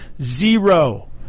zero